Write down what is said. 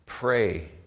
Pray